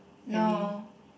no